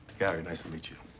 gary. nice to meet you.